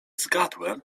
zgadłem